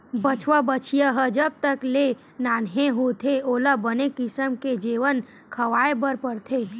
बछवा, बछिया ह जब तक ले नान्हे होथे ओला बने किसम के जेवन खवाए बर परथे